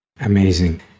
Amazing